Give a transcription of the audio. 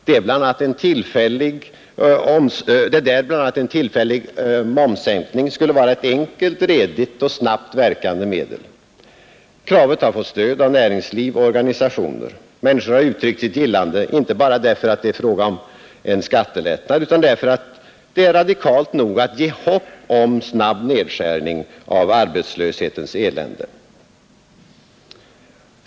Där är bl.a. en tillfällig momssänkning ett enkelt, redigt och snabbt verkande medel. Kravet har fått stöd av näringsliv och organisationer. Människor har uttryckt sitt gillande — inte bara därför att det är fråga om en skattelättnad, utan därför att det är radikalt nog att ge hopp om snabb nedskärning av arbetslöshetens elände.